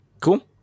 Cool